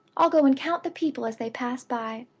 i'll go and count the people as they pass by.